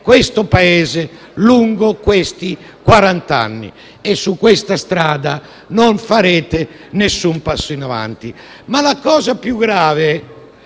questo Paese lungo questi quarant'anni e su questa strada non farete nessun passo in avanti. Ma la cosa più grave